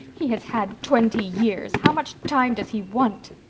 he has had twenty years. how much time does he want?